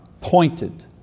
pointed